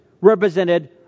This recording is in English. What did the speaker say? represented